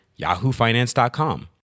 yahoofinance.com